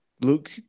Luke